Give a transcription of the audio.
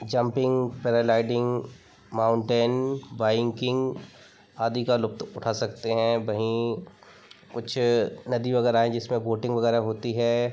jumping paragliding mountain biking आदि का लुत्फ़ उठा सकते हैं वहीं कुछ नदी वग़ैरह हैं जिसमें बोटिंग वग़ैरह होती है